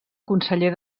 conseller